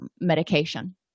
medication